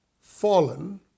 fallen